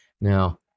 Now